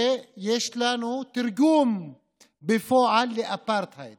שיש לנו תרגום בפועל לאפרטהייד